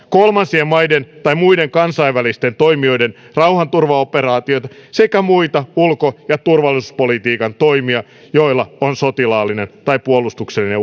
kolmansien maiden tai muiden kansainvälisten toimijoiden rauhanturvaoperaatioita sekä muita ulko ja turvallisuuspolitiikan toimia joilla on sotilaallinen tai puolustuksellinen